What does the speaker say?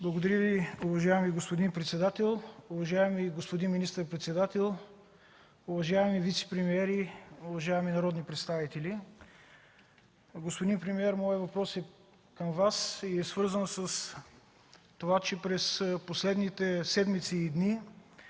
Благодаря Ви, уважаеми господин председател. Уважаеми господин министър-председател, уважаеми вицепремиери, уважаеми народни представители! Господин премиер, моят въпрос е към Вас и е свързан с това, че през последните седмици и дни